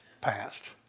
passed